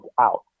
out